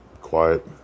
quiet